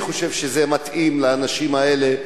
אני חושב שזה מתאים לאנשים האלה,